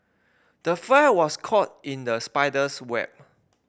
the fly was caught in the spider's web